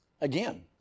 Again